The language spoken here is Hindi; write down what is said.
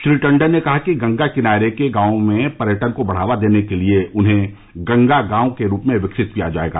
श्री टंडन ने कहा कि गंगा किनारे के गाँवों में पर्यटन को बढ़ावा देने के लिए उन्हें गंगा गांव के रूप में विकसित किया जाएगा